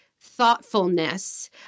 thoughtfulness